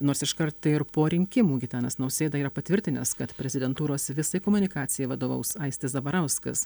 nors iškart po rinkimų gitanas nausėda yra patvirtinęs kad prezidentūros visai komunikacijai vadovaus aistis zabarauskas